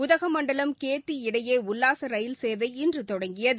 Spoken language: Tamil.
உதகமண்டலம் கேத்தி இடையே உல்லாச ரயில் சேவை இன்று தொடங்கியது